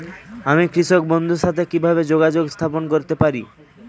আমি কৃষক বন্ধুর সাথে কিভাবে যোগাযোগ স্থাপন করতে পারি?